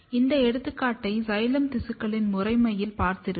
இந்த எடுத்துக்காட்டை சைலம் திசுக்களின் முறைமையில் பார்த்திருப்போம்